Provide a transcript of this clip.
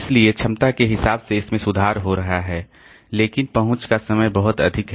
इसलिए क्षमता के हिसाब से इसमें सुधार हो रहा है लेकिन पहुंच का समय बहुत अधिक है